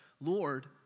Lord